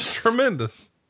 Tremendous